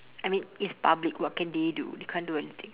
I mean it's public what can they do they can't do anything